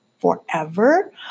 forever